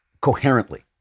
coherently